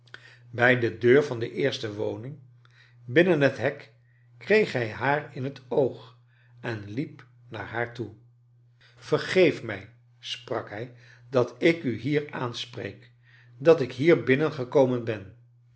bij de deur van de eerste woning binnen het hek kreeg hij haar in het oog en liep naar haar toe vergeef mij sprak hij dat ik u hier aanspreek dat ik hier binnengekomen ben